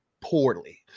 poorly